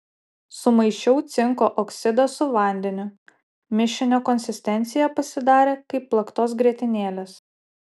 sumaišiau cinko oksidą su vandeniu mišinio konsistencija pasidarė kaip plaktos grietinėlės